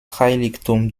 heiligtum